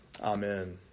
Amen